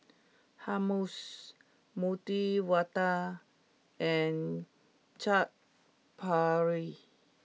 Hummus Medu Vada and Chaat Papri